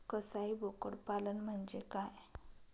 कसाई बोकड पालन म्हणजे काय?